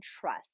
trust